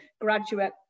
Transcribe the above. graduate